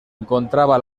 encontraba